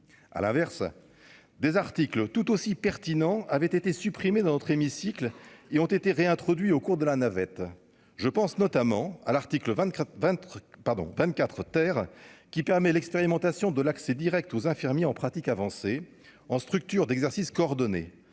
à l'inverse des articles tout aussi pertinent avait été supprimé dans notre hémicycle et ont été réintroduits au cours de la navette, je pense notamment à l'article 24 24 pardon 24 terre qui permet l'expérimentation de l'accès Direct aux infirmiers en pratique avancée en structures d'exercice coordonné